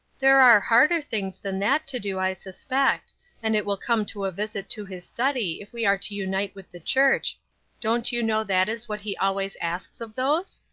there are harder things than that to do, i suspect and it will come to a visit to his study if we are to unite with the church don't you know that is what he always asks of those?